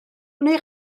neu